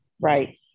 Right